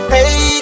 Hey